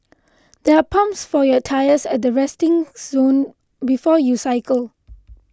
there are pumps for your tyres at the resting zone before you cycle